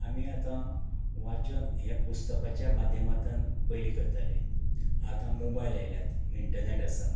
आमी आतां वाचन हें पुस्तकाच्या माध्यमांतल्यान पयलीं करताले आतां मोबायल आयल्यात इंटनॅट आसा